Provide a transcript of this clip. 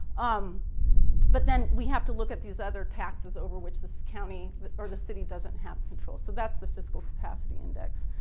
um but then we have to look at these other taxes over which this county or the city doesn't have control. so that's the fiscal capacity index.